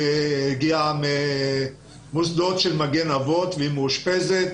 שהגיעה ממוסדות של מגן אבות והיא מאושפזת.